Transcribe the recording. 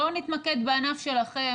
בואו נתמקד בענף שלכם.